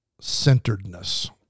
centeredness